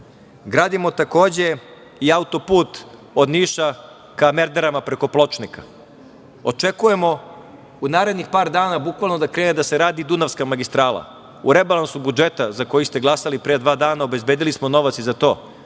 gradimo takođe i autoput od Niša ka Merdarima preko Pločnika. Očekujemo u narednih par dana, bukvalno, da krene da se radi Dunavska magistrala. U rebalansu budžeta za koji ste glasali pre dva dana obezbedili smo novac i za to